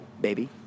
baby